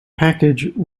package